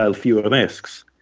so fewer risks.